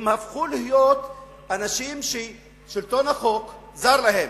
הם הפכו להיות אנשים ששלטון החוק זר להם.